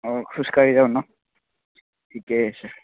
অঁ খোজকাঢ়ি যাম ন ঠিকে আছে